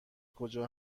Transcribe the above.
کجا